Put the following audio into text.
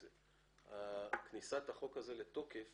כניסת חוק הזה לתוקף